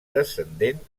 descendent